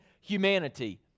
humanity